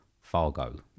Fargo